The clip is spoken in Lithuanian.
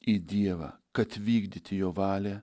į dievą kad vykdyti jo valią